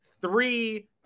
three